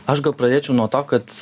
aš gal pradėčiau nuo to kad